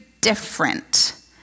different